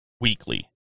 weekly